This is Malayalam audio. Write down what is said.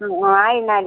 ആ എന്നാൽ